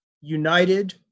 united